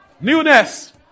newness